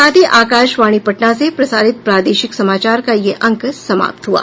इसके साथ ही आकाशवाणी पटना से प्रसारित प्रादेशिक समाचार का ये अंक समाप्त हुआ